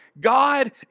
God